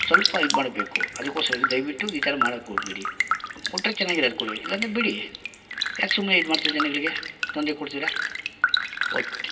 ಸ್ವಲ್ಪ ಇದು ಮಾಡಬೇಕು ಅದಕ್ಕೋಸ್ಕರ ಇದು ದಯವಿಟ್ಟು ಈ ಥರ ಮಾಡಕ್ಕೋಗ್ಬೇಡಿ ಕೊಟ್ಟರೆ ಚೆನ್ನಾಗಿರೋದು ಕೊಡಿ ಇಲ್ಲಾಂದರೆ ಬಿಡಿ ಯಾಕೆ ಸುಮ್ಮನೆ ಇದು ಮಾಡ್ತೀರ ಜನಗಳಿಗೆ ತೊಂದರೆ ಕೊಡ್ತೀರ ಓಕೆ